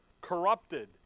corrupted